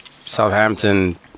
Southampton